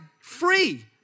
free